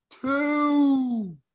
two